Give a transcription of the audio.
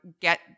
get